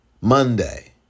Monday